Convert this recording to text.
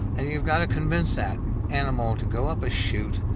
and you've got to convince that animal to go up a chute,